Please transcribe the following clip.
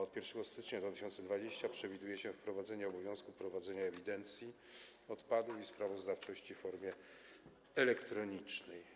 Od 1 stycznia 2020 r. przewiduje się wprowadzenie obowiązku prowadzenia ewidencji odpadów i sprawozdawczości w formie elektronicznej.